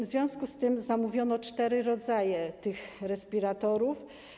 W związku z tym zamówiono cztery rodzaje respiratorów.